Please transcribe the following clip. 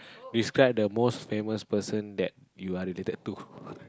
describe the most famous person that you are related to